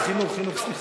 חינוך, חינוך, סליחה.